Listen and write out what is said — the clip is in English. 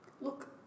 look